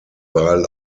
wahl